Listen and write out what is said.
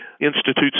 institutes